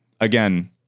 again